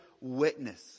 witness